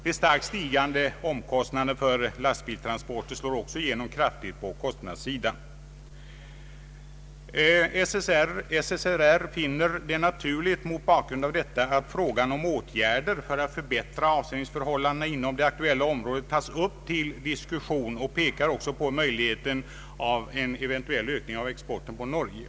De starkt stigande omkostnaderna för lastbilstransporter slår igenom kraftigt på kostnadssidan. SSR finner det naturligt mot bakgrund av detta att frågan om åtgärder för att förbättra avsättningsförhållan dena inom det aktuella området tas upp till diskussion och pekar också på möjligheten att öka exporten på Norge.